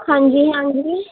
ہاں جی ہاں جی